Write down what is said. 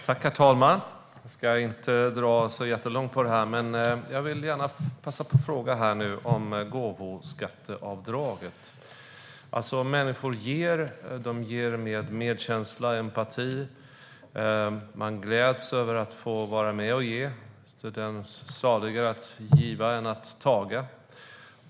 Herr talman! Jag ska inte dra detta så långt, men jag vill gärna passa på att fråga om gåvoskatteavdraget. Människor ger. De ger av medkänsla och empati. Man gläds över att få vara med och ge. Det är ju saligare att giva än att taga.